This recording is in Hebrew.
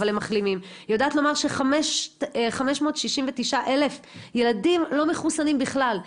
היא יודעת לומר ש-569 אלף ילדים לא מחוסנים בכלל,